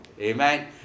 amen